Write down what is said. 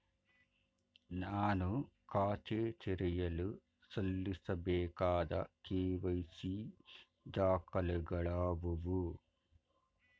ನಾನು ಖಾತೆ ತೆರೆಯಲು ಸಲ್ಲಿಸಬೇಕಾದ ಕೆ.ವೈ.ಸಿ ದಾಖಲೆಗಳಾವವು?